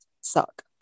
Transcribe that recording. suck